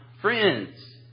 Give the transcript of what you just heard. friends